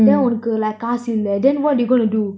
then உன்னக்கு காசு இல்ல:unnaku kaasu illa leh then what you going to do